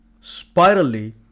spirally